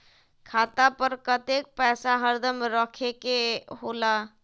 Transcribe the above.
खाता पर कतेक पैसा हरदम रखखे के होला?